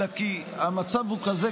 אלא כי המצב הוא כזה,